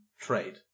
trade